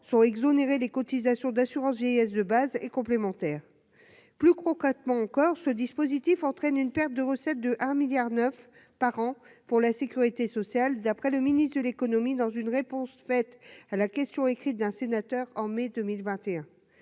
sont exonérés des cotisations d'assurance vieillesse de base et complémentaires plus concrètement encore ce dispositif entraîne une perte de recettes de 1 milliard 9 par an pour la sécurité sociale, d'après le ministre de l'économie, dans une réponse faite à la question écrite d'un sénateur en mai 2021,